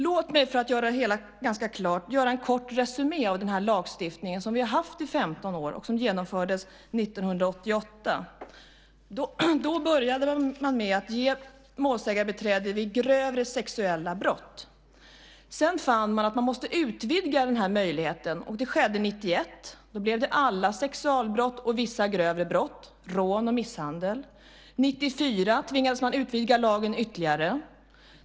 Låt mig, för att göra det hela ganska klart, göra en kort resumé av den här lagstiftningen som vi har haft i 15 år och som genomfördes 1988. Då började man med att ge målsägarbiträde vid grövre sexuella brott. Sedan fann man att man måste utvidga denna möjlighet, och det skedde 1991. Då utvidgades lagen till att gälla alla sexualbrott och vissa grövre brott som rån och misshandel. År 1994 tvingades man utvidga lagen ytterligare.